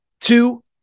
Two